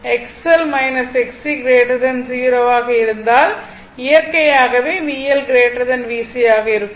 0 ஆக இருந்தால் இயற்கையாகவே VL VC ஆக இருக்கும்